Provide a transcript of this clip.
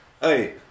Hey